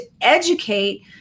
educate